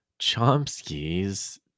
Chomsky's